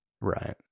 Right